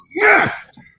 Yes